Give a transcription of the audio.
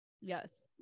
yes